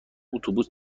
اتوبوس